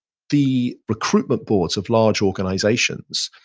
the recruitment boards of large organizations.